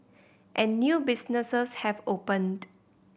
and new businesses have opened